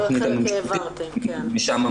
שמשם,